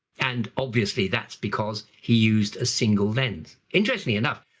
and obviously that's because he used a single lens. interestingly enough,